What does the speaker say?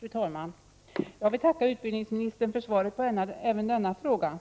Fru talman! Jag vill tacka utbildningsministern för svaret på även denna fråga.